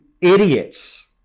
idiots